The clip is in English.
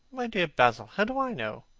my dear basil, how do i know?